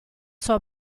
sua